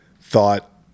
thought